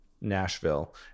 Nashville